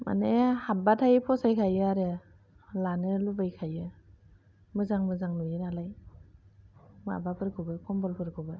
माने हाबबाथाय फसायखायो आरो लानो लुगैखायो मोजां मोजां नुयो नालाय माबाफोरखौबो खम्बलफोरखौबो